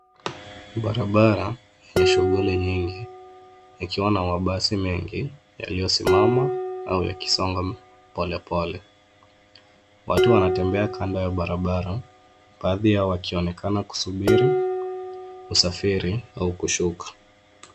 Barabara ya shughuli nyingi ikiwa na mabasi mengi yaliyosimama au yakisonga polepole. Watu wanatembea kando ya barabara, baadhi yao wakionekana kusubiri, kusafiri au kushuka.